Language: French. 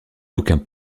aucun